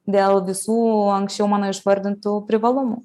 dėl visų anksčiau mano išvardintų privalumų